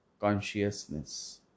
consciousness